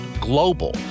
global